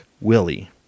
Willie